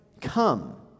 come